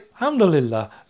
Alhamdulillah